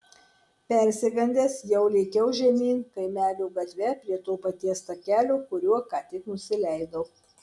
persigandęs jau lėkiau žemyn kaimelio gatve prie to paties takelio kuriuo ką tik nusileidau